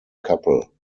couple